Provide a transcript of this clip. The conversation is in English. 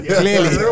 clearly